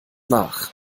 nach